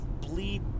bleed